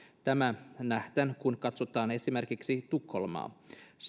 tämä nähdään kun katsotaan esimerkiksi tukholmaa